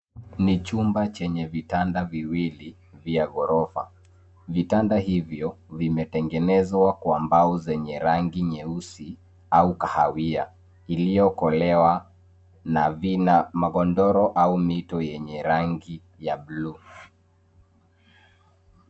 Ni chumba chenye vitanda viwili vya ghorofa. Vitanda hivyo vimetengenezwa kwa mbao zenye rangi nyeusi au kahawia iliyokolewa na vina magodoro au mito yenye rangi ya bluu.